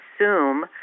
assume